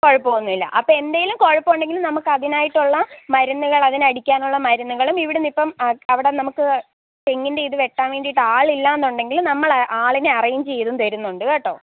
കുഴപ്പം ഒന്നും ഇല്ല അപ്പോൾ എന്തെങ്കിലും കുഴപ്പം ഉണ്ടെങ്കിൽ നമുക്ക് അതിനായിട്ടുള്ള മരുന്നുകൾ അതിന് അടിക്കാനുള്ള മരുന്നുകളും ഇവിടുന്ന് ഇപ്പം അ അവിടെ നമുക്ക് തെങ്ങിന്റെ ഇത് വെട്ടാൻ വേണ്ടിയിട്ട് ആളില്ല എന്നുണ്ടെങ്കിൽ നമ്മൾ ആളിനെ അറേഞ്ച് ചെയ്തും തരുന്നുണ്ട് കേട്ടോ